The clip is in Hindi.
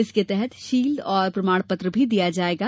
इसके साथ शील्ड और प्रमाणपत्र भी दिया जायेगा